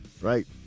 right